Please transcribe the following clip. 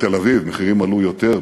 בתל-אביב מחירים עלו יותר,